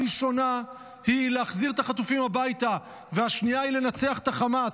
הראשונה היא להחזיר את החטופים הביתה והשנייה היא לנצח את החמאס.